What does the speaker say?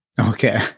Okay